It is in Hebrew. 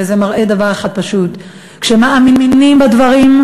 וזה מראה דבר אחד פשוט: כשמאמינים בדברים,